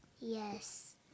Yes